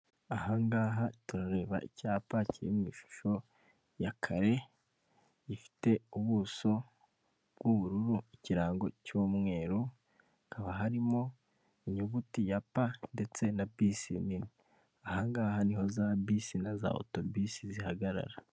Aha ngaha turareba icyapa kiri mu ishusho ya kare ifite ubuso bw'ubururu, ikirango cy'umweru, hakaba harimo inyuguti ya "p" ndetse na bisi nini. Aha ngaha niho za bisi na za oto bisi zihagarara.